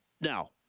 now